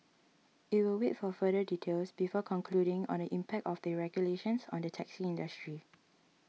it will wait for further details before concluding on the impact of the regulations on the taxi industry